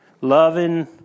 loving